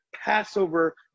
Passover